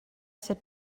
sit